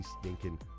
stinking